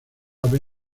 ave